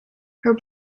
her